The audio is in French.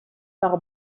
par